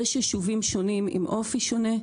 יש יישובים שונים עם אופי שונה.